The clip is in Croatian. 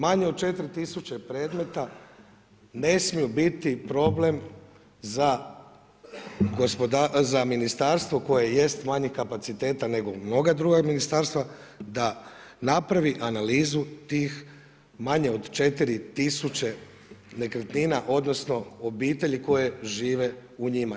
Manje od 4000 predmeta ne smiju biti problem za ministarstvo koje jest manjih kapaciteta nego u mnoga druga ministarstva, da napravi analizu tih manje od 4000 nekretnina, odnosno obitelji koje žive u njima.